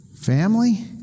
family